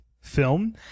film